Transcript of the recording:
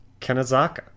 Kenazaka